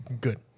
Good